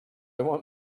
want